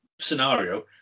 Scenario